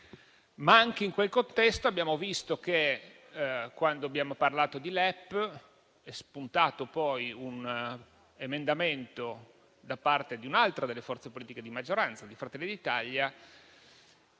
Anche in quel contesto però abbiamo visto che, quando abbiamo parlato di LEP, è spuntato poi un emendamento da parte di un'altra delle forze politiche di maggioranza, Fratelli d'Italia,